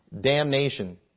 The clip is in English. damnation